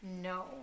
no